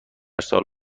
سال